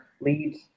leads